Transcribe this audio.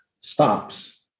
stops